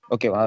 Okay